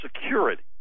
Security